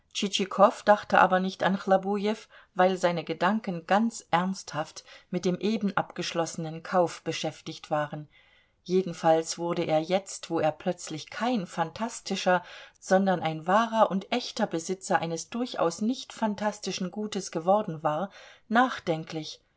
dachte aber nicht an chlobujew weil seine gedanken ganz ernsthaft mit dem eben abgeschlossenen kauf beschäftigt waren jedenfalls wurde er jetzt wo er plötzlich kein phantastischer sondern ein wahrer und echter besitzer eines durchaus nicht phantastischen gutes geworden war nachdenklich